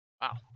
Wow